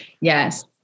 Yes